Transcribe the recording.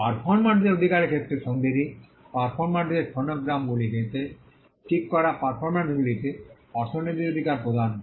পারফর্মারদের অধিকারের ক্ষেত্রে সন্ধিটি পারফর্মারদের ফোনেগ্রামগুলিতে ঠিক করা পারফরম্যান্সগুলিতে অর্থনৈতিক অধিকার প্রদান করে